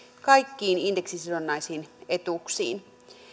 kaikkiin indeksisidonnaisiin etuuksiin